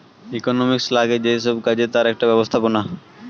economics লাগে যেই সব কাজে তার একটা ব্যবস্থাপনা